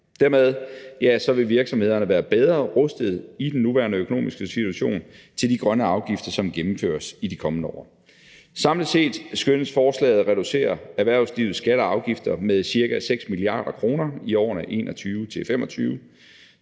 Dermed vil virksomhederne være bedre rustet i den nuværende økonomiske situation til de grønne afgifter, som gennemføres i de kommende år. Samlet set skønnes forslaget at reducere erhvervslivets skatter og afgifter med ca. 6 mia. kr. i årene 2021-2025.